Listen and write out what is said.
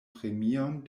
premion